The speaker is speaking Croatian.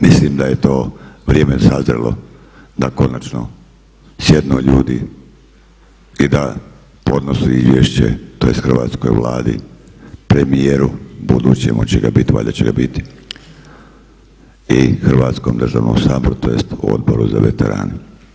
Mislim da je to vrijeme sazrelo da konačno sjednu ljudi i da podnesu izvješće, tj. hrvatskoj Vladi, premijeru budućem, hoće ga biti, valjda će ga biti i Hrvatskom državnom Saboru tj. Odboru za veterane.